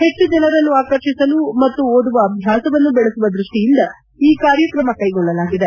ಹೆಚ್ಚು ಜನರನ್ನು ಆಕರ್ಷಿಸಲು ಮತ್ತು ಓದುವ ಅಭ್ಯಾಸವನ್ನು ಬೆಳೆಸುವ ದೃಷ್ಟಿಯಿಂದ ಈ ಕ್ರಮ ಕೈಗೊಳ್ಳಲಾಗಿದೆ